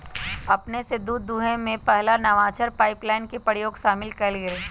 अपने स दूध दूहेमें पगला नवाचार पाइपलाइन के प्रयोग शामिल कएल गेल